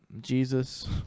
Jesus